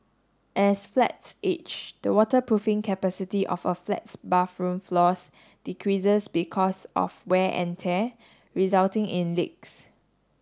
as flats age the waterproofing capacity of a flat's bathroom floors decreases because of wear and tear resulting in leaks